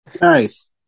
nice